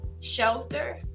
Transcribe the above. shelter